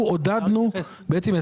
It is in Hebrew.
בעצם,